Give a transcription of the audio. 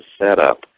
setup